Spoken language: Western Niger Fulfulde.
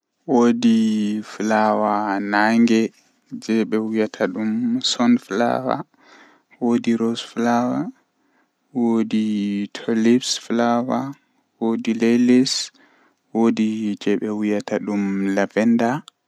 Taalel taalel jannata booyel, Woodi wakaati feere kolekole don dilla haa dow mayo kombuwal kenan don dilla sei ndiyam manga wari ilni kombuwal man yahi sakkini dum haa hunduko maayo debbo feere wari haalota kare maako sei o hefti bingel haa nder kombuwal man nden debbo man meedaaka danyugo.